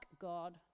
God